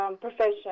profession